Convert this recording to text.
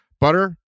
Butter